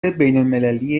بینالمللی